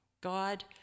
God